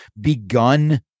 begun